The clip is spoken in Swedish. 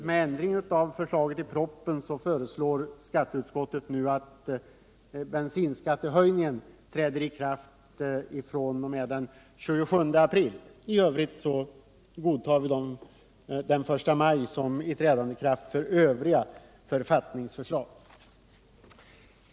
Med ändring av propositionens förslag har utskottet därför föreslagit att bensinskattehöjningen skall träda i kraft den 27 april. Men utskottet godtar den 1 maj som ikraftträdandedag för övriga författningsförslag.